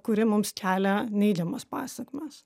kuri mums kelia neigiamas pasekmes